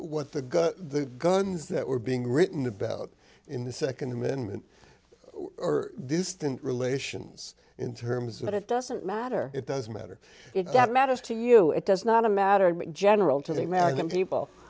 what the got the guns that were being written about in the second amendment or distant relations in terms of it doesn't matter it doesn't matter if that matters to you it does not a matter of general to the american people